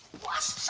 was